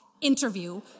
interview